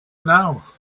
now